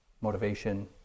motivation